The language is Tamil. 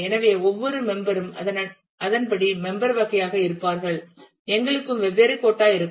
எனவே ஒவ்வொரு மெம்பர் ரும் அதன்படி மெம்பர் வகையாக இருப்பார்கள் எங்களுக்கு வெவ்வேறு கோட்டா இருக்கும்